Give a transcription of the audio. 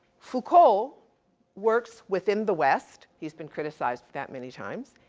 foucault works within the west. he's been criticized that many times.